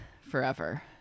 forever